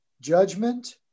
judgment